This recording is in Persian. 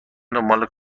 دنبال